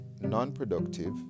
non-productive